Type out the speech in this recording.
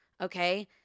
okay